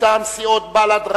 מטעם סיעות בל"ד,